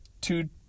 two